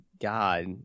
God